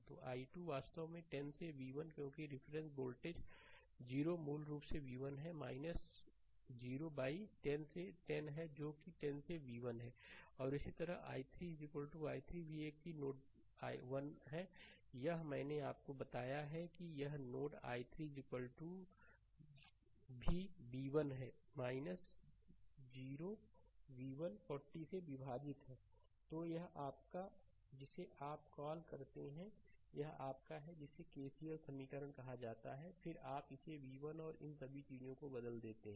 तो i2 वास्तव में 10 से v1 क्योंकि रिफरेंस वोल्टेज 0 मूल रूप से v1 है 0 बाई 10 से 10 है जो कि 10 से v1 है और इसी तरह i3 i3 भी यह एक ही नोड 1 है यह मैंने आपको बताया है कि यह नोड 1 i3 भी v1 है 0 v1 40 से विभाजित तो यह आपका है जिसे आप कॉल करते हैं यह आपका है जिसे केसीएल समीकरण कहा जाता है फिर आप इसे v1 और इन सभी चीजों से बदल देते हैं